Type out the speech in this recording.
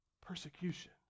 persecution